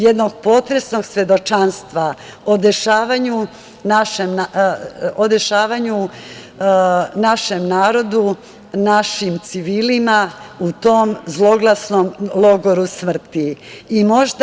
Jednog potresnog svedočanstva o dešavanju našeg naroda, našim civilima u tom zloglasnom logoru smrti.